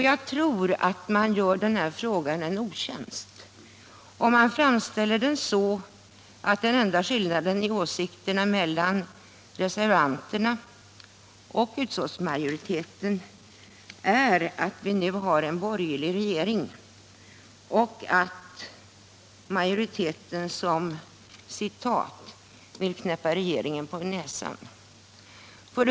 Jag tror man gör denna fråga en otjänst om man framställer den så att den enda skillnaden i åsikterna mellan reservanterna och majoriteten är att vi mu har en borgerlig regering och att majoriteten ”vill knäppa regeringen på näsan”.